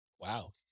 Wow